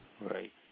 Right